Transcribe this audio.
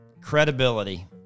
credibility